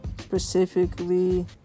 specifically